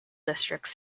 districts